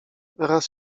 raz